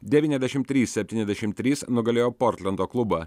devyniasdešim trys septyniasdešim trys nugalėjo portlendo klubą